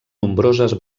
nombroses